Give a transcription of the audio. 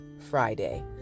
Friday